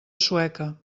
sueca